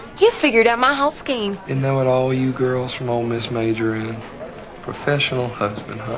you figured out my house game and now it all you girls from ole miss major and professional husband, huh?